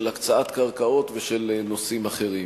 של הקצאת קרקעות ושל נושאים אחרים.